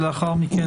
לאחר מכן,